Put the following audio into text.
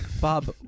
Bob